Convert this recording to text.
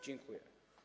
Dziękuję.